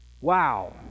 wow